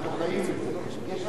יש הדרה של כל מיני ציבורים,